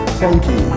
funky